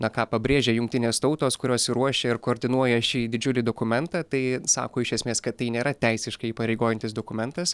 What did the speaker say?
na ką pabrėžia jungtinės tautos kurios ir ruošia ir koordinuoja šį didžiulį dokumentą tai sako iš esmės kad tai nėra teisiškai įpareigojantis dokumentas